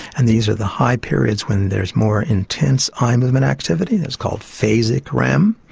and these are the high periods when there is more intense eye movement activity, that's called phasic rem.